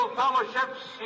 fellowship's